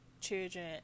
children